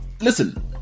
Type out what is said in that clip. listen